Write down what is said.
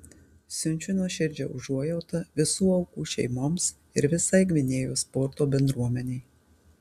siunčiu nuoširdžią užuojautą visų aukų šeimoms ir visai gvinėjos sporto bendruomenei